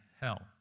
hell